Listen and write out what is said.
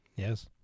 Yes